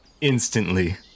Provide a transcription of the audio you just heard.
instantly